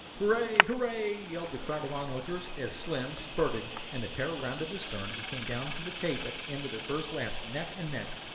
hooray! hooray! yelled the crowd of onlookers as slim spurted and the pair rounded the stern and came down to the tape at the end of their first lap, neck and neck.